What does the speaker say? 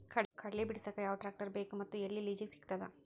ಕಡಲಿ ಬಿಡಸಕ್ ಯಾವ ಟ್ರ್ಯಾಕ್ಟರ್ ಬೇಕು ಮತ್ತು ಎಲ್ಲಿ ಲಿಜೀಗ ಸಿಗತದ?